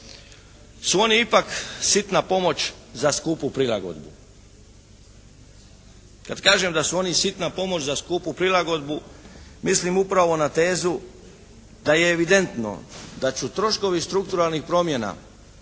su oni ipak sitna pomoć za skupu prilagodbu. Kad kažem da su oni sitna pomoć za skupu prilagodbu mislim upravo na tezu da je evidentno da će troškovi strukturalnih promjena